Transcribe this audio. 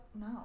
No